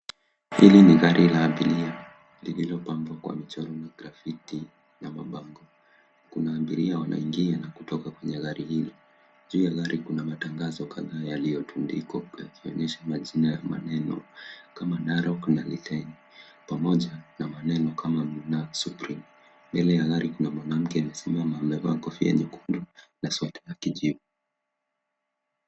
Hili ni gari la abiria lililo pambwa kwa michoro ya grafiti na mabango kuna abiria wana ingia na kutoka kwenye gari hili, juu ya gari kuna matangazo kadhaa yalio tundikwa yakionyesha majina ya maneno kama Narok na Liten pamoja na maneno kama supreme, mbele yake kuna mwanamke amevaa kofia nyekundu na sweta ya kijivu.